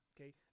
okay